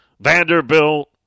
Vanderbilt